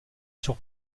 sur